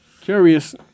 Curious